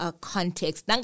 context